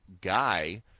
guy